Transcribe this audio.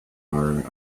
are